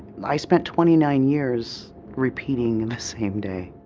i spent twenty nine years repeating the same day.